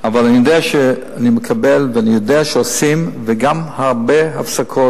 אבל אני מקבל ואני יודע שעושים, וגם הרבה הפסקות,